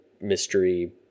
mystery